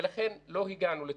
ולכן לא הגענו לתוצאות.